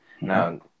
Now